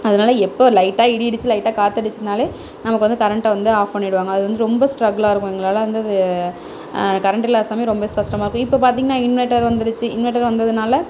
அதனால எப்போ லைட்டாக இடி இடித்து லைட்டாக காற்றடிச்சிச்சினாலே நமக்கு வந்து கரெண்ட்டை வந்து ஆஃப் பண்ணிவிடுவாங்க அது வந்து ரொம்ப ஸ்ட்ரகிளா இருக்கும் எங்களால் வந்து அது கரெண்ட் இல்லாத சமயம் ரொம்ப கஷ்டமாக இருக்கும் இப்போ பார்த்தீங்கன்னா இன்வெர்ட்டர் வந்திடுச்சி இன்வெர்ட்டர் வந்ததுனால்